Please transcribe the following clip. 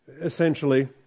essentially